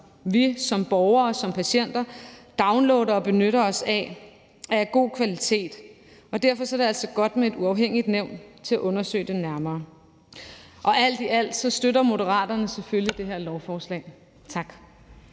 som vi som borgere og som patienter downloader og benytter os af, er af god kvalitet, og derfor er det altså godt med et uafhængigt nævn til at undersøge det nærmere. Alt i alt støtter Moderaterne selvfølgelig det her lovforslag. Tak.